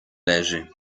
leży